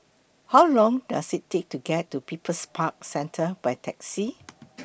How Long Does IT Take to get to People's Park Centre By Taxi